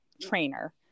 trainer